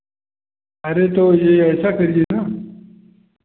अरे तो ये ऐसा करिये ना